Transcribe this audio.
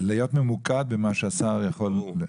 להיות ממוקד במה שהשר יכול --- ברור.